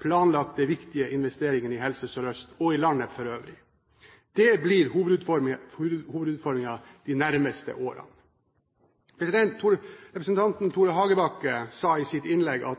planlagte viktige investeringene i Helse Sør-Øst og i landet for øvrig. Det blir hovedutfordringen de nærmeste årene. Representanten Tore Hagebakken sa i sitt innlegg at